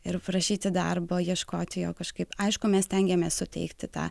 ir prašyti darbo ieškoti jo kažkaip aišku mes stengiamės suteikti tą